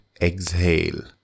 exhale